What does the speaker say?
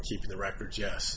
keep the records yes